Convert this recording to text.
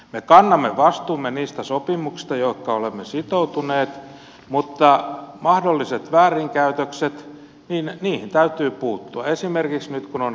me kannamme vastuumme niistä sopimuksista joihinka olemme sitoutuneet mutta mahdollisiin väärinkäytöksiin täytyy puuttua esimerkiksi nyt kun on kerjäämistä ja muuta